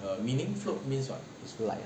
it's light